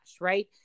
right